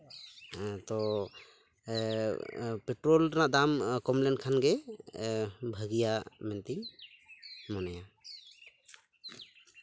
ᱦᱮᱸᱛᱚ ᱯᱮᱴᱨᱳᱞ ᱨᱮᱱᱟᱜ ᱫᱟᱢ ᱠᱚᱢ ᱞᱮᱱᱠᱷᱟᱱ ᱜᱮ ᱵᱷᱟᱹᱜᱤᱭᱟ ᱢᱮᱱᱛᱤᱧ ᱢᱚᱱᱮᱭᱟ